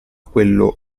quello